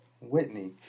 Whitney